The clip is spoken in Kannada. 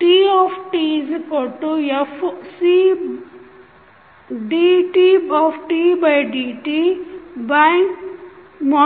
TtFcdθdtdθdt